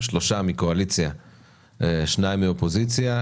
שלושה מהקואליציה ושניים מהאופוזיציה.